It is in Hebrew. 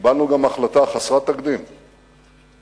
קיבלנו גם החלטה חסרת תקדים בקבינט,